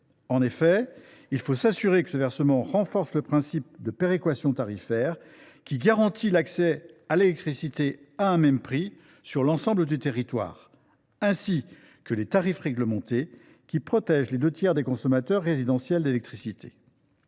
En effet, il faut s’assurer que ce versement renforce le principe de péréquation tarifaire, qui garantit l’accès à l’électricité à un même prix sur l’ensemble du territoire, ainsi que les tarifs réglementés, qui protègent les deux tiers des consommateurs résidentiels d’électricité.